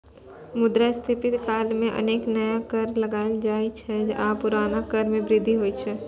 मुद्रास्फीति काल मे अनेक नया कर लगाएल जाइ छै आ पुरना कर मे वृद्धि होइ छै